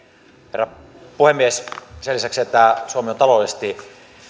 herra puhemies sen lisäksi että suomi on taloudellisesti